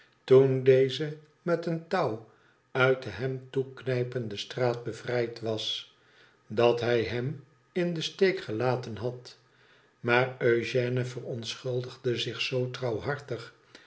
toen deze met een touw uit den hem toeknijpende straat bevrijd was dat hij hem in den steek gelaten hadl maar eugène verontschuldigde zich zoo